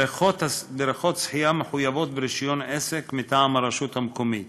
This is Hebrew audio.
בריכות שחייה מחויבות ברישיון עסק מטעם הרשות המקומית.